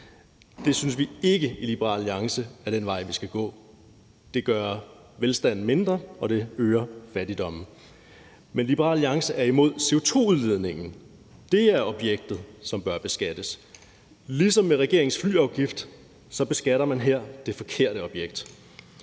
Det synes vi i Liberal Alliance ikke er den vej, vi skal gå. Det gør velstanden mindre, og det øger fattigdommen. Men Liberal Alliance er imod CO2-udledningen. Dét er objektet, som bør beskattes. Ligesom med regeringens flyafgift beskatter man her det forkerte objekt.